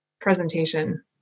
presentation